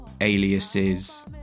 aliases